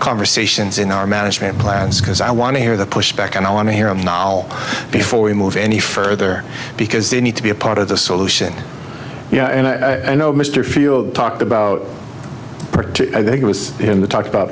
conversations in our management plans because i want to hear the pushback and i want to hear him now before we move any further because they need to be a part of the solution you know and i know mr field talked about i think it was in the talk about